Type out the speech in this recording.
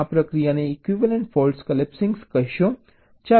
આ પ્રક્રિયાને equivalent fault collapsing કહેવામાં આવે છે